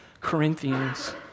Corinthians